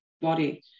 body